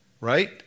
right